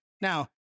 Now